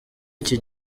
iki